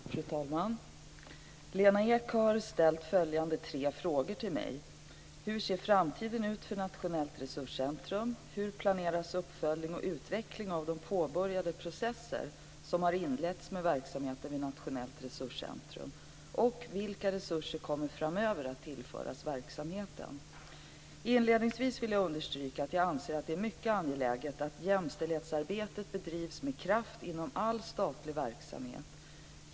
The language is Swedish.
Fru talman! Lena Ek har ställt följande tre frågor till mig: - Hur ser framtiden ut för Nationellt resurscentrum? - Hur planeras uppföljning och utveckling av de påbörjade processer som inletts med verksamheten vid Nationellt resurscentrum? - Vilka resurser kommer framöver att tillföras verksamheten? Inledningsvis vill jag understryka att jag anser att det är mycket angeläget att jämställdhetsarbetet bedrivs med kraft inom all statlig verksamhet.